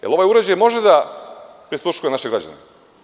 Da li ovaj uređaj može da prisluškuje naše građane?